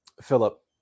Philip